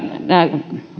nämä